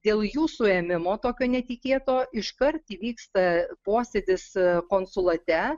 dėl jų suėmimo tokio netikėto iškart įvyksta posėdis konsulate